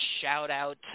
shout-out